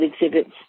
exhibits